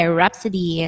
Rhapsody